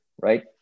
right